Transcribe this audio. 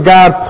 God